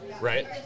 Right